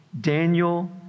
Daniel